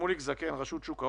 שמוליק זקן, רשות שוק ההון.